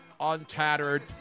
untattered